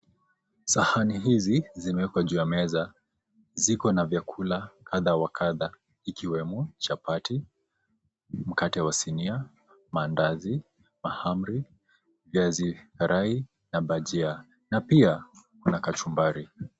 Sahani hizi zimewekwa juu ya meza. Ziko na vyakula kadha wa kadha ikiwemo chapati, mkate wa sinia, mandazi, mahamri, viazi karai na bhajia. Na pia kuna kachumbari.